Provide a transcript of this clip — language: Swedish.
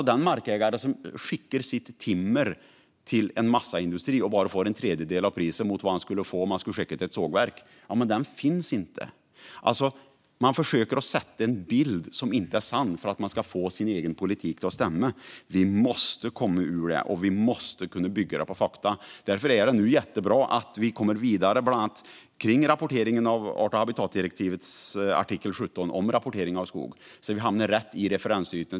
Den markägare som skickar sitt timmer till en massaindustri och bara får en tredjedel av priset jämfört med om han skickar det till ett sågverk finns inte heller. Man försöker alltså sätta en bild som inte är sann för att få sin egen politik att stämma. Vi måste komma ur det. Det måste kunna bygga på fakta. Därför är det jättebra att vi kommer vidare med bland annat art och habitatdirektivets artikel 17 om rapportering av skog, så att vi hamnar rätt i den referensytan.